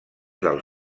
del